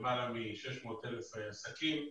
למעלה מ-600,000 עסקים,